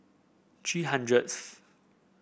three hundredth